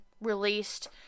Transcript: released